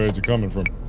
is he coming from?